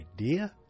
idea